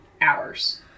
hours